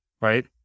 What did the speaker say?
right